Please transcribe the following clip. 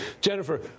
Jennifer